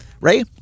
Ray